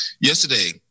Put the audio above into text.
yesterday